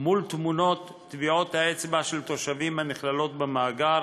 עם תמונות טביעות האצבע של תושבים הנכללות במאגר,